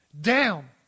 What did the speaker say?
Down